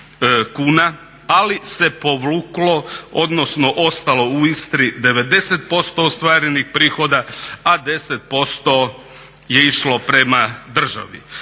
ali se povuklo odnosno ostalo u Istri 90% ostvarenih prihoda, a 10% je išlo prema državi.